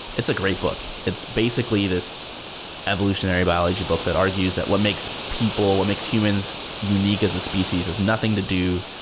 it's a great book. it's basically this evolutionary biology book that argues that what makes people, what makes humans unique as species is nothing to do